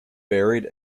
buried